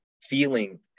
feeling